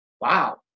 wow